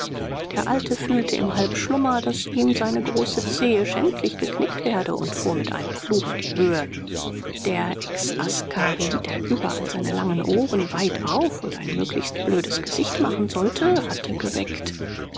der alte fühlte im halbschlummer daß ihm seine große zehe schändlich gekniffen werde und fuhr mit einem fluch in die höhe der exaskari der überall seine langen ohren weit auf und ein möglichst blödes gesicht machen sollte hatte geweckt